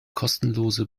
kostenlose